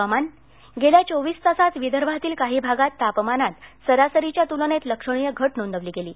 हवामान गेल्या चोवीस तासांत विदर्भातील काही भागांत तापमानांत सरासरीच्या तुलनेत लक्षणीय घट नोंदवली गेली